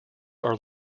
are